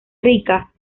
rica